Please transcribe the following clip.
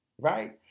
right